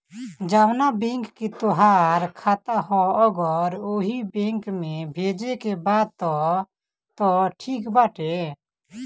जवना बैंक के तोहार खाता ह अगर ओही बैंक में भेजे के बा तब त ठीक बाटे